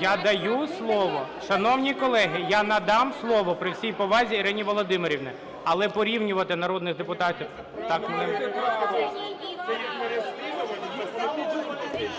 Я даю слово. Шановні колеги, я надам слово, при всій повазі, Ірині Володимирівні, але порівнювати народних депутатів…